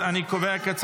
של חבר הכנסת אלון שוסטר.